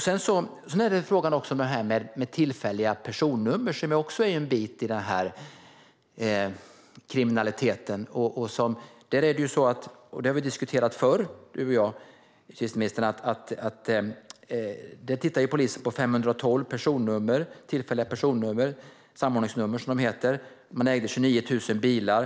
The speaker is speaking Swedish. Sedan har vi frågan om tillfälliga personnummer, som också är en del av denna kriminalitet. Justitieministern och jag har diskuterat detta förr. Polisen har tittat på 512 tillfälliga personnummer, så kallade samordningsnummer. Man upptäckte att dessa stod som ägare till 29 000 bilar.